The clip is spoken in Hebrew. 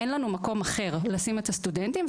אין לנו מקום אחר לשים את הסטודנטים,